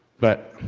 but,